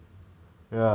oh oh okay